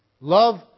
Love